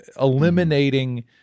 eliminating